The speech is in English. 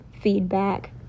feedback